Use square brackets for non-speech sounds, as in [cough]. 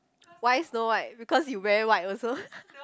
why snow-white because you wear white also [laughs]